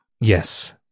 Yes